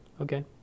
Okay